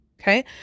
Okay